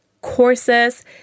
courses